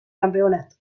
campeonato